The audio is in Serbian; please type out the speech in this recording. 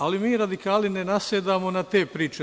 Ali, mi radikali ne nasedamo na te priče.